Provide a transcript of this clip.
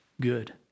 good